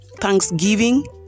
thanksgiving